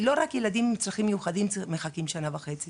לא רק ילדים עם צרכים מיוחדים מחכים שנה וחצי